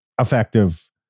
effective